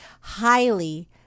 highly